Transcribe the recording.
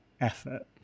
effort